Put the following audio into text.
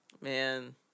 man